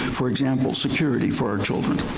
for example, security for our children.